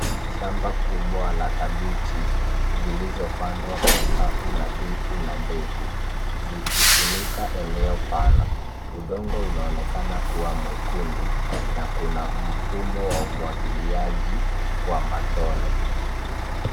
Hili ni shamba kubwa la kabegi zilizopandwa kwa safu nadhifu na ndefu zikifunika eneo pana udongo unaonekana kuwa mwekundu na kuna mfumo wa umwagiliaji kwa matone